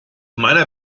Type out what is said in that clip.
meiner